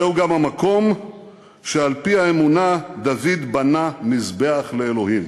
זהו גם המקום שעל-פי האמונה דוד בנה מזבח לאלוהים.